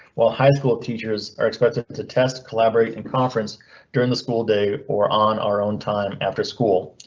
while high school teachers are expected to to test collaborating conference during the school day or on our own time after school.